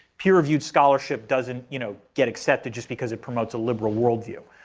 peer reviewed scholarship doesn't you know get accepted just because it promotes a liberal worldview.